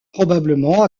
probablement